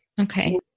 Okay